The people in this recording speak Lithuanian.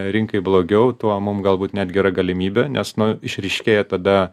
rinkai blogiau tuo mum galbūt netgi yra galimybė nes nu išryškėja tada